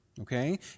Okay